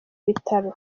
bitaro